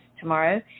tomorrow